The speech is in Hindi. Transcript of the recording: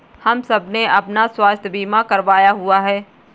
हम सबने अपना स्वास्थ्य बीमा करवाया हुआ है